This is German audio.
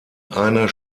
einer